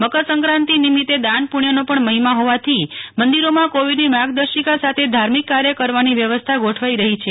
મકરસક્રાંતિ નિમિતે દાન પુણ્યનો પણ મહિમા હોવાથી મંદિરોમાં કોવિડની માર્ગદર્શિકા સાથે ધાર્મિક કાય કરવાની વ્યવસ્થા ગોઠવાઈ રહી છે